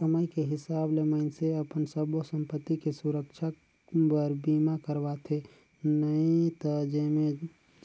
कमाई के हिसाब ले मइनसे अपन सब्बो संपति के सुरक्छा बर बीमा करवाथें नई त जेम्हे